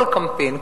כל קמפיין,